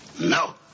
No